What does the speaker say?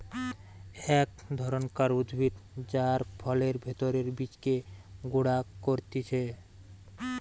এক ধরণকার উদ্ভিদ যার ফলের ভেতরের বীজকে গুঁড়া করতিছে